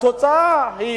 התוצאה היא